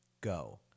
go